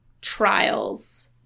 trials